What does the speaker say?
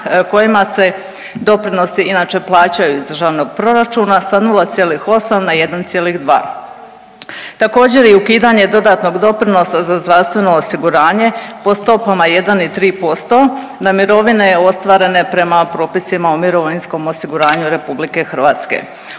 kojima se doprinosi inače plaćaju iz državnog proračuna sa 0,8 na 1,2. Također i ukidanje dodatnog doprinosa za zdravstveno osiguranje po stopama 1 i 3% na mirovine ostvarene prema propisima o mirovinskom osiguranju RH.